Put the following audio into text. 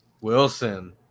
Wilson